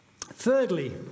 Thirdly